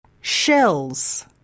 Shells